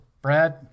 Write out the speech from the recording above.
Brad